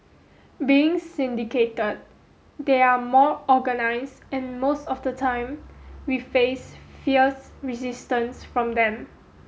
being syndicated they are more organised and most of the time we face fierce resistance from them